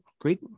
great